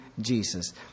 Jesus